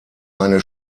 eine